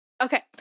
Okay